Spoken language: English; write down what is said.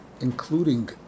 including